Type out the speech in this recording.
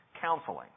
counseling